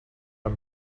per